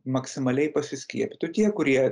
maksimaliai pasiskiepytų tie kurie